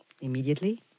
immediately